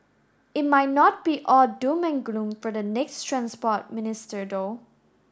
it might not be all doom and gloom for the next Transport Minister though